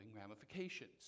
ramifications